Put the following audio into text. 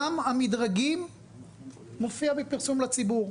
גם המדרגים מופיעים בפרסום לציבור,